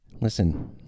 Listen